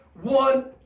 one